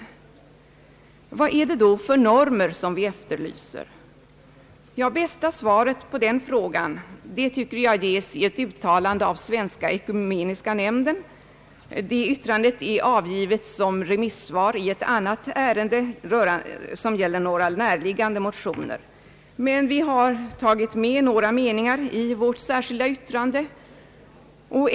Vad är det då för normer vi efterlyser? Bästa svaret på den frågan tycker jag ges i ett uttalande av Svenska ekumeniska nämnden. Yttrandet är avgivet såsom remissvar i ett annat ärende, som gäller några näraliggande motioner. I vårt särskilda yttrande har vi tagit med några meningar ur nämndens utlåtande.